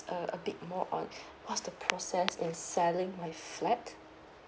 err a bit more on what's the process in selling my flat